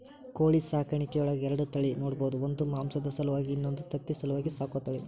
ಕೋಳಿ ಸಾಕಾಣಿಕೆಯೊಳಗ ಎರಡ ತಳಿ ನೋಡ್ಬಹುದು ಒಂದು ಮಾಂಸದ ಸಲುವಾಗಿ ಇನ್ನೊಂದು ತತ್ತಿ ಸಲುವಾಗಿ ಸಾಕೋ ತಳಿ